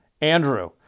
Andrew